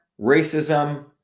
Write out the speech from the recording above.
racism